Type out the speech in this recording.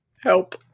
Help